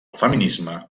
feminisme